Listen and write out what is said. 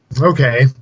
Okay